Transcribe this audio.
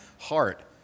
heart